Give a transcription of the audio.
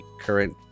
current